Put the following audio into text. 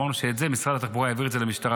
אמרנו שאת זה משרד התחבורה יעביר למשטרה.